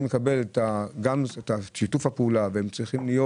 לקבל את שיתוף הפעולה והם צריכים להיות